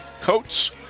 coats